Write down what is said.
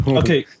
okay